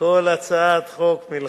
כל הצעת חוק מלחמה.